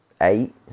Eight